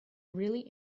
really